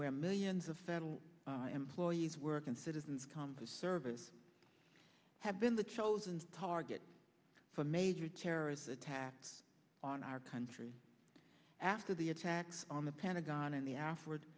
where millions of federal employees work and citizens come to service have been the chosen target for major terrorist attacks on our country after the attacks on the pentagon and the a